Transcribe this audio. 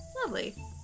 Lovely